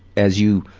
as you